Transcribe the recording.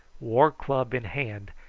war-club in hand,